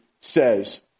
says